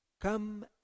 come